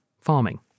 Farming